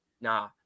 Nah